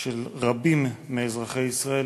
של רבים מאזרחי ישראל,